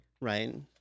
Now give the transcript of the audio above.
Right